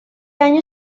año